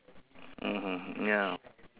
mmhmm ya